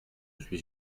suis